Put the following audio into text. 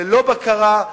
ללא בקרה,